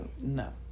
no